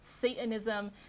satanism